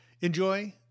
enjoy